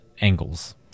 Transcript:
angles